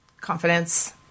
confidence